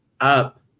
up